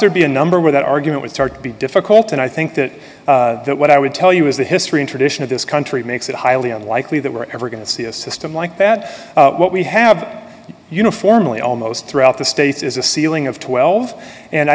there be a number where that argument would start to be difficult and i think that that what i would tell you is the history and tradition of this country makes it highly unlikely that we're ever going to see a system like that what we have uniformly almost throughout the states is a ceiling of twelve and i